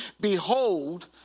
Behold